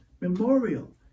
memorial